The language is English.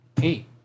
Hey